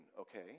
okay